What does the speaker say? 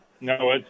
No